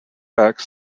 acts